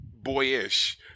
boyish